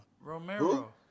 Romero